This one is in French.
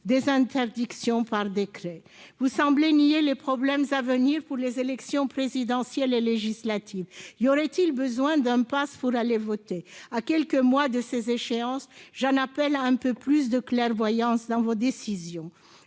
des interdictions décidées par décret. Vous semblez nier les problèmes à venir pour les élections présidentielle et législatives : y aura-t-il besoin d'un passe pour aller voter ? À quelques mois de ces échéances, vous devriez faire preuve de davantage de clairvoyance dans vos décisions.